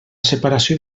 separació